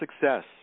success